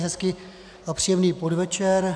Hezký a příjemný podvečer.